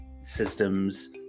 systems